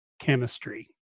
chemistry